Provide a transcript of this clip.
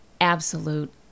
absolute